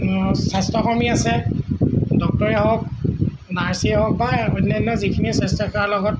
স্বাস্থ্য কৰ্মী আছে ডক্টৰেই হওক নাৰ্ছেই হওক বা অন্যান্য যিখিনি স্বাস্থ্যসেৱাৰ লগত